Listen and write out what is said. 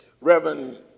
Reverend